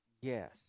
yes